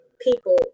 people